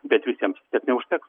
bet visiems tiek neužteks